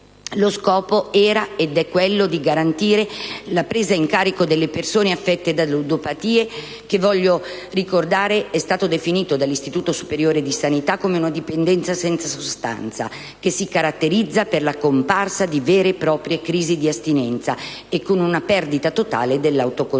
Lo scopo è quello di garantire la presa in carico delle persone affette da ludopatia che, voglio ricordare, è stata definita dall'Istituto superiore di sanità come una dipendenza senza sostanza, che si caratterizza per la comparsa di vere e proprie crisi di astinenza e con una perdita totale dell'autocontrollo.